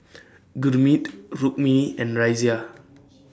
Gurmeet Rukmini and Razia